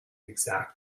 exact